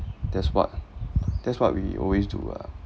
that's what that's what we always do ah